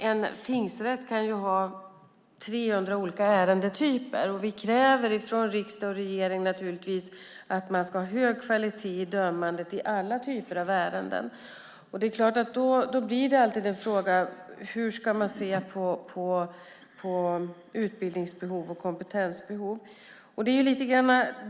En tingsrätt kan ha 300 olika ärendetyper, och vi kräver från riksdag och regering att man ska ha hög kvalitet i dömandet i alla typer av ärenden. Frågan blir då hur man ska se på utbildnings och kompetensbehov.